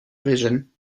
vision